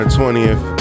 20th